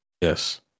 yes